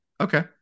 Okay